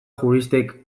juristek